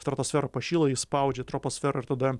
stratosfera pašyla ji spaudžia troposferą ir tada